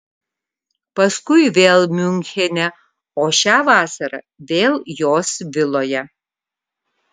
paskui vėl miunchene o šią vasarą vėl jos viloje